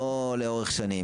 לא לארוך שנים.